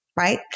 right